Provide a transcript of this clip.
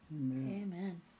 Amen